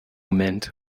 mint